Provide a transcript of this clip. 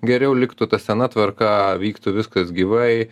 geriau liktų ta sena tvarka vyktų viskas gyvai